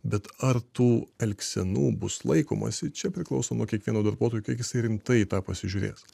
bet ar tų elgsenų bus laikomasi čia priklauso nuo kiekvieno darbuotojo kiek jisai rimtai į tai pasižiūrės